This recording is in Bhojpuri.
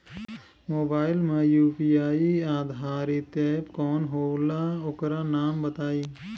मोबाइल म यू.पी.आई आधारित एप कौन होला ओकर नाम बताईं?